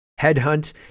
Headhunt